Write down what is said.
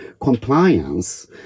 compliance